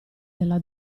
della